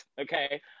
Okay